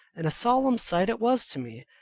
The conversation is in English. and a solemn sight it was to me.